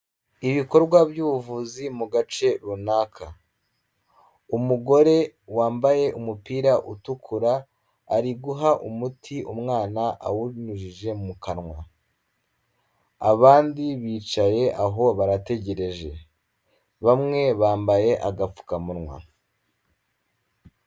Ibikorwa by'ubuvuzi mu gace runaka, umugore wambaye umupira utukura ari guha umuti umwana awunyujije mu kanwa. Abandi bicaye aho barategereje bamwe bambaye agapfukamunwa.